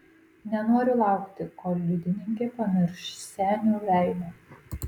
nenoriu laukti kol liudininkė pamirš senio veidą